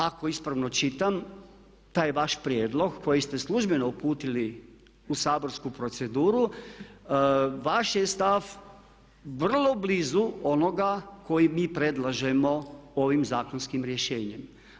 Ako ispravno čitam taj vaš prijedlog koji ste službeno uputili u saborsku proceduru vaš je stav vrlo blizu onoga koji mi predlažemo ovim zakonskim rješenjem.